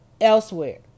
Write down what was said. elsewhere